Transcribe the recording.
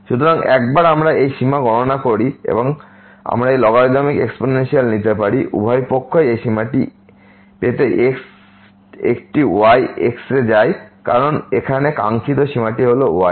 সুতরাং একবার আমরা এই সীমা গণনা করি এবং আমরা এই লগারিদম এক্সপোনেনশিয়াল নিতে পারি উভয় পক্ষই এই সীমাটি পেতে x একটি y এ যায় কারণ এখানে কাঙ্ক্ষিত সীমাটি ছিল y